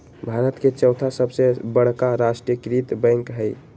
भारत के चौथा सबसे बड़का राष्ट्रीय कृत बैंक हइ